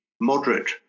Moderate